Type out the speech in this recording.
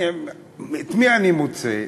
את מי אני מוצא?